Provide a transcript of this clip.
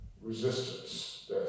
resistance